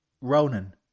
Ronan